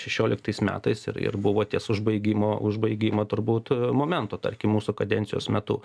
šešioliktais metais ir ir buvo ties užbaigimo užbaigimo turbūt momentu tarkim mūsų kadencijos metu